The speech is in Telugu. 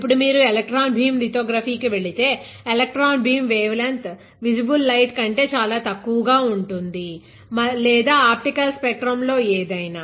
ఇప్పుడు మీరు ఎలక్ట్రాన్ భీమ్ లితోగ్రఫీ కి వెళితే electron beam wavelength visible light కంటే చాలా తక్కువగా ఉంటుంది లేదా ఆప్టికల్ స్పెక్ట్రమ్ లో ఏదైనా